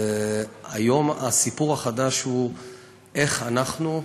והיום הסיפור החדש הוא איך אנחנו,